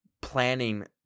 planning